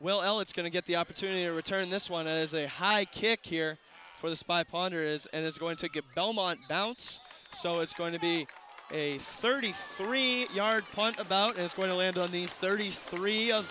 well it's going to get the opportunity to return this one as a high kick here for the spy ponder is and it's going to get belmont bounce so it's going to be a thirty six three yard punt about is going to land on the thirty three of